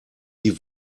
die